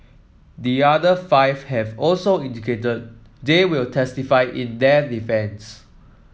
the other five have also indicated they will testify in their defence